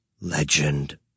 LEGEND